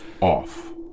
Off